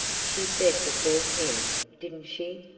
she said the four ten, didn't she?